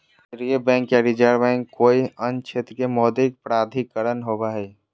केन्द्रीय बैंक या reserve bank कोय अन्य क्षेत्र के मौद्रिक प्राधिकरण होवो हइ